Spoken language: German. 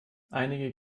einige